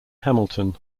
hamilton